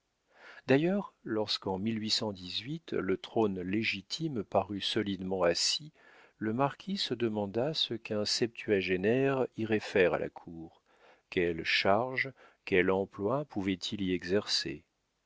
d'ailleurs lorsqu'en le trône légitime parut solidement assis le marquis se demanda ce qu'un septuagénaire irait faire à la cour quelle charge quel emploi pouvait-il y exercer